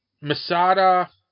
Masada